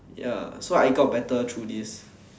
ya so I got better through this